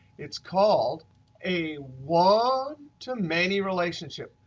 it's called a one to many relationship.